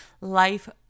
life